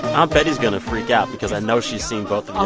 aunt betty's going to freak out because i know she's seen both